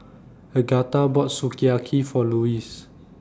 Agatha bought Sukiyaki For Lewis